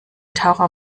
taucher